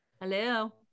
hello